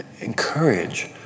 encourage